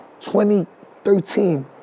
2013